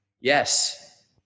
Yes